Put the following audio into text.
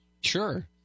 Sure